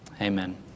Amen